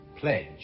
Pledge